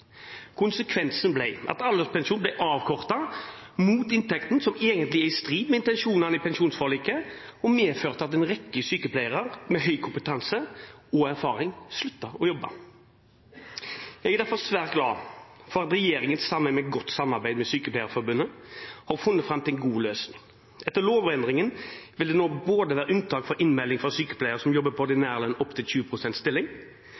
Konsekvensen ble at alderspensjonen ble avkortet mot inntekten, som egentlig er i strid med intensjonene i pensjonsforliket, og medførte at en rekke sykepleiere med høy kompetanse og erfaring sluttet å jobbe. Jeg er derfor svært glad for at regjeringen i godt samarbeid med Sykepleierforbundet har funnet fram til en god løsning. Etter lovendringen vil det nå være unntak for innmelding både for sykepleiere som jobber på ordinær lønn opptil 20 pst. stilling,